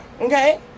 okay